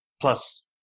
Plus